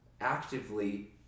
actively